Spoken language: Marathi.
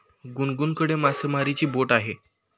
गुनगुनकडे मासेमारीची बोट आहे